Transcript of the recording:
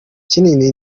kinini